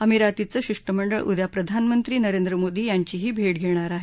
अमिरातीचं शिष्टमंडळ उद्या प्रधानमंत्री नरेंद्र मोदी यांचीही भेट घेणार आहेत